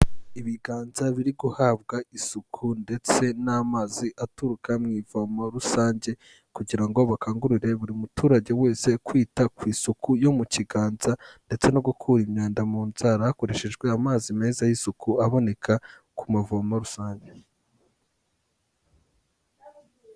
Ibiganza biri guhabwa isuku ndetse n'amazi aturuka mu ivomo rusange kugira ngo bakangurire buri muturage wese kwita ku isuku yo mu kiganza, ndetse no gukura imyanda mu nzara hakoreshejwe amazi meza y'isuku aboneka ku mavomo rusange.